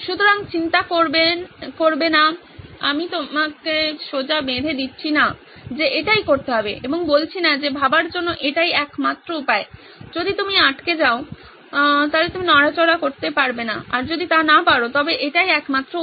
সুতরাং চিন্তা করবেন না আমি আপনাকে সোজা বেঁধে দিচ্ছি না যে এটাই করতে হবে এবং বলছি না যে ভাবার জন্য এটিই একমাত্র উপায় যদি আপনি আটকে থাকেন যদি আপনি নড়াচড়া করতে না পারেন তবে এটিই একমাত্র উপায়